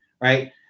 right